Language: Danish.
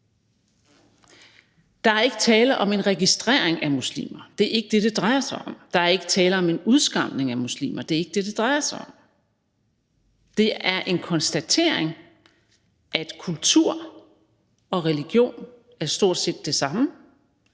Der er ikke tale om en registrering af muslimer – det er ikke det, det drejer sig om. Der er ikke tale om en udskamning af muslimer – det er ikke det, det drejer sig om. Det er en konstatering af, at kultur og religion er stort set det samme,